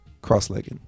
cross-legged